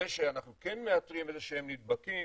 זה שאנחנו כן מאתרים איזשהם נדבקים